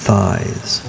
thighs